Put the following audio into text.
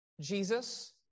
Jesus